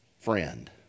friend